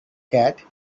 cat